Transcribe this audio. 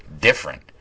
different